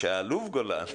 גולן,